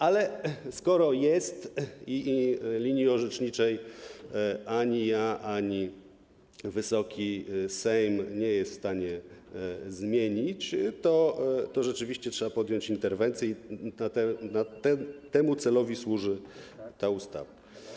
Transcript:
Ale skoro jest i linii orzeczniczej ani ja, ani Wysoki Sejm nie jesteśmy w stanie zmienić, to rzeczywiście trzeba podjąć interwencję i temu celowi służy ta ustawa.